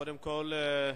קודם כול,